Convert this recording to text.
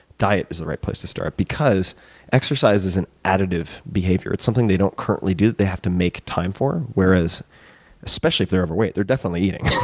diet is the right place to start. because exercise is an additive behavior. it's something they don't currently do they have to make time for. whereas especially if they're overweight, they're definitely eating.